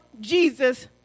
Jesus